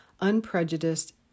unprejudiced